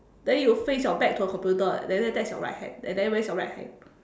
then you face your back to the computer and then that's your right hand and then raise your right hand